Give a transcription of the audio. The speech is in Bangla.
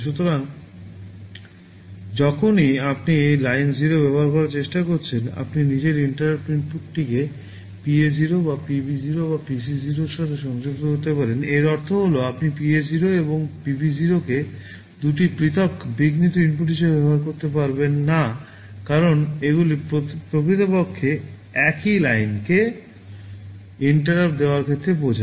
সুতরাং যখনই আপনি লাইন 0 ব্যবহার করার চেষ্টা করছেন আপনি নিজের interrupt ইনপুটের PA0 বা PB0 বা PC0 এর সাথে সংযুক্ত করতে পারেন এর অর্থ হল আপনি PA0 এবং PB0 কে দুটি পৃথক বিঘ্নিত ইনপুট হিসাবে ব্যবহার করতে পারবেন না কারণ এগুলি প্রকৃতপক্ষে একই লাইনকেinterruptদেওয়ার ক্ষেত্রে বোঝায়